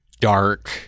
dark